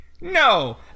no